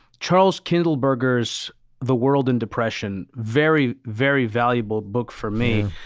charles kindleberger's the world in depression. very, very valuable book for me.